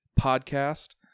podcast